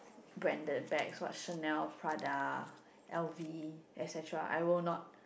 branded bags what's Chanel Prada l_v etcetera I will not